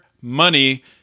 money